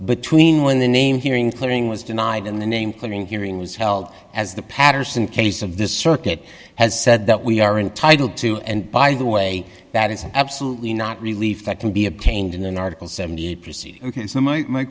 between when the name hearing clearing was denied and the name clearing hearing was held as the patterson case of the circuit has said that we are entitled to and by the way that is absolutely not relief that can be obtained in an article seventy